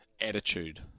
attitude